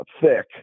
thick